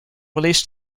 released